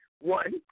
One